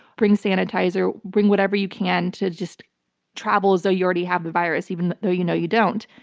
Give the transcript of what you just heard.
bring sanitizer, bring whatever you can to just travel as though you already have the virus, even though you know you don't.